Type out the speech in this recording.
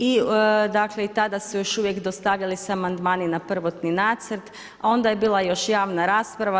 I dakle i tada se još uvijek su se dostavljali amandmani na prvotni nacrt a onda je bila još javna rasprava.